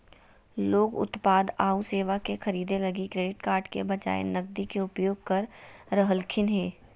लोग उत्पाद आऊ सेवा के खरीदे लगी क्रेडिट कार्ड के बजाए नकदी के उपयोग कर रहलखिन हें